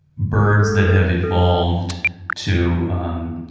birds that have evolved to um